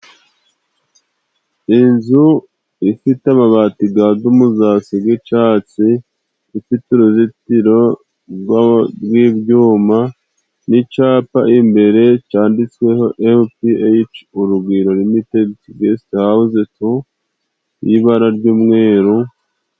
Inzu ifite amabati gwa dumuzasi g’icatsi， ifite uruzitiro rw'ibyuma n'icapa imbere cyanditsweho EMU PI HECI Urugwiro， Limitedi besiti hawuzi tu，y'ibara ry'umweru...